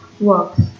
works